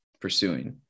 pursuing